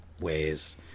ways